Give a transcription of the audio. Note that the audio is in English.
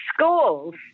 schools